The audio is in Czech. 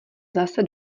zase